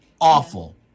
awful